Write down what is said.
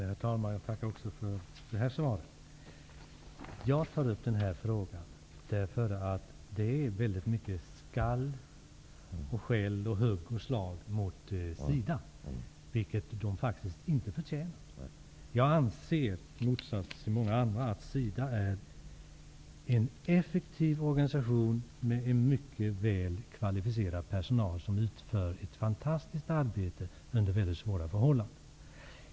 Herr talman! Jag tackar också för det här svaret. Jag tar upp den här frågan därför att det är mycket av skall och av hugg och slag mot SIDA, vilket man där faktiskt inte förtjänar. Jag anser i motsats till många andra att SIDA är en effektiv organisation med en mycket väl kvalificerad personal, som utför ett fantastiskt arbete under mycket svåra förhållanden.